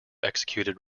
executed